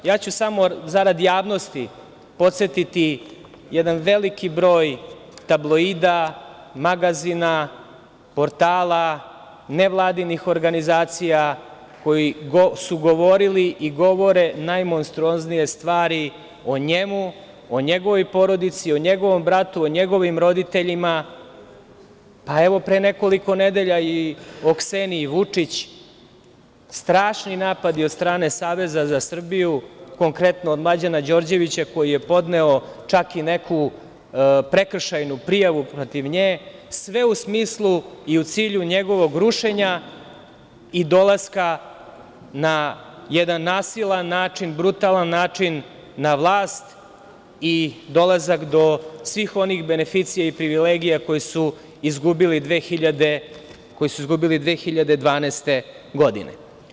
Samo ću zarad javnosti podsetiti - jedan veliki broj tabloida, magazina, portala, nevladinih organizacija koje su govorile i govore najmonstruoznije stvari o njemu, o njegovoj porodici, o njegovom bratu, o njegovim roditeljima, pa i pre nekoliko nedelja o Kseniji Vučić, strašni napadi od strane Saveza sa Srbiju, konkretno od Mlađana Đorđevića koji je podneo čak i neku prekršajnu prijavu protiv nje, sve u smislu i u cilju njegovog rušenja i dolaska na jedan nasilan način, brutalan način na vlast i dolazak do svih onih beneficija i privilegija koje su izgubili 2012. godine.